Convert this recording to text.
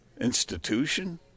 institution